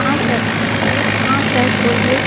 हाँ सर बोलिए हाँ सर बोलिए